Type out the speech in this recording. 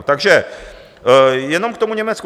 Takže jenom k tomu Německu.